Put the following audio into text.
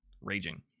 raging